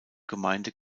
gemeinde